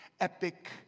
epic